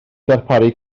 darparu